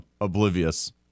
oblivious